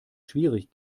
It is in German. schwierig